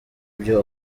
ibyo